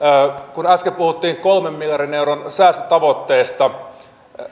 kun äsken puhuttiin kolmen miljardin euron säästötavoitteesta